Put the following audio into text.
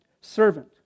servant